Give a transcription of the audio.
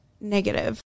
negative